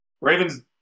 Ravens